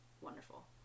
Wonderful